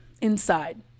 inside